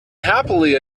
happily